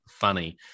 funny